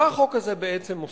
מה החוק הזה בעצם עושה?